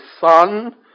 son